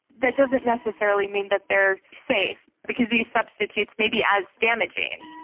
that doesn't necessarily mean that they are safe because these substitutes may be as damaging.